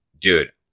Dude